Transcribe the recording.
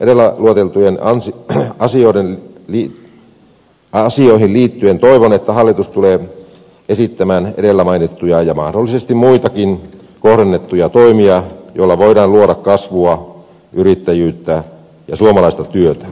edellä olevien työ on sitten asia lueteltuihin asioihin liittyen toivon että hallitus tulee esittämään edellä mainittuja ja mahdollisesti muitakin kohdennettuja toimia joilla voidaan luoda kasvua yrittäjyyttä ja suomalaista työtä